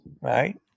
right